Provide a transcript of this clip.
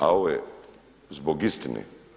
A ovo je zbog istine.